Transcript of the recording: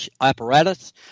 apparatus